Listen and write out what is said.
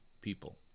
people